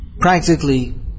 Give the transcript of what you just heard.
practically